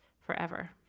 forever